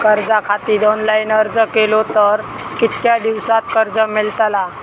कर्जा खातीत ऑनलाईन अर्ज केलो तर कितक्या दिवसात कर्ज मेलतला?